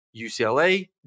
UCLA